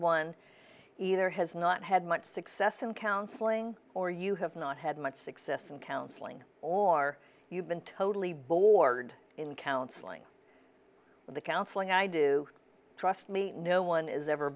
one either has not had much success in counseling or you have not had much success in counseling or you've been totally bored in counseling the counseling i do trust me no one is ever